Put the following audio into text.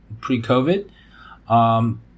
pre-COVID